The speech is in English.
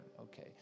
Okay